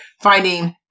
finding